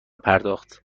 پرداخت